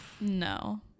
no